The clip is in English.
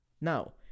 Now